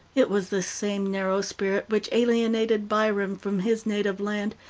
it was the same narrow spirit which alienated byron from his native land,